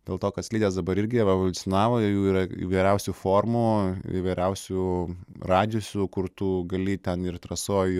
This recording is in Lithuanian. dėl to kad slidės dabar irgi evoliucionavo jų yra įvairiausių formų įvairiausių radžiusų kur tu gali ten ir trasoj